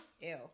Ew